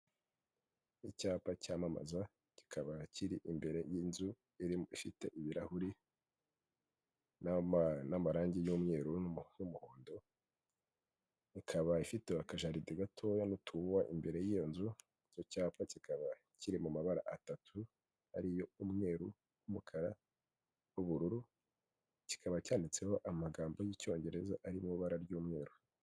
Icyapa cyamamaza, kikaba kiri imbere y'inzu ifite ibirahuri n'amarangi y'umweru n'umuhondo, ikaba ifite akajaride gatoya n'utuwuwa imbere y'iyo nzu, icyo cyapa kikaba kiri mu mabara atatu ari yo umweru n'umukara n'ubururu, kikaba cyanditseho amagambo y'icyongereza ari mu ibara ry'umweru.